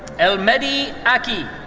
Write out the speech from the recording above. el mehdi hakki.